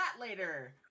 later